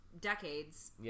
decades